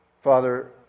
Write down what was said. Father